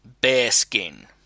Bearskin